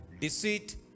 deceit